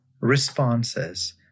responses